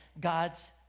God's